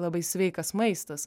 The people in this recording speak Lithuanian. labai sveikas maistas